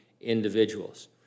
individuals